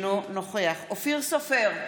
אינו נוכח אופיר סופר,